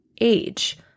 age